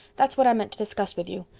that's what i meant to discuss with you.